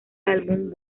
álbum